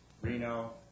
Reno